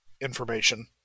information